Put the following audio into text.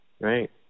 Right